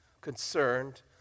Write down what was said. concerned